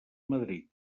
madrid